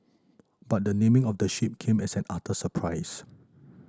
but the naming of the ship came as an utter surprise